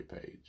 page